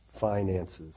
finances